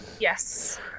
Yes